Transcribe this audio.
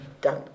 Done